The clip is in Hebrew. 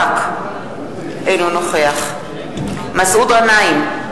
אינו נוכח אהוד ברק, אינו נוכח מסעוד גנאים,